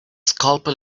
scalpel